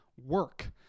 work